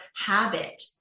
habit